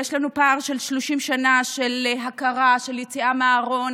יש לנו פער של 30 שנה של הכרה, של יציאה מהארון.